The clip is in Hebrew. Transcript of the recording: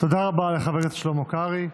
תודה רבה לחבר הכנסת שלמה קרעי.